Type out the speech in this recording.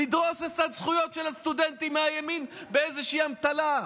לדרוס את הזכויות של הסטודנטים מהימין באיזושהי אמתלה?